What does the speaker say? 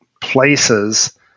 places